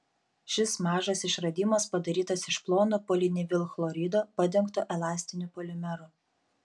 šis mažas išradimas padarytas iš plono polivinilchlorido padengto elastiniu polimeru